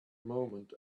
moment